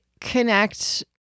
connect